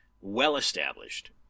well-established